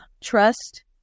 trust